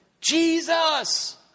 Jesus